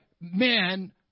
men